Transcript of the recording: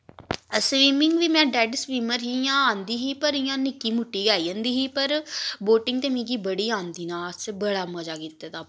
swimming बी मैं डैड स्वीम्मर ही इ'यां आंदी ही पर इ'यां निक्की मुटी आई जन्दी ही पर बोटिंग ते मिकी बड़ी आंदी ना अस बड़ा मजा कीते दा